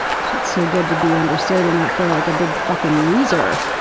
felt so good to be understood and not feel like a big fucking loser.